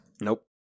Nope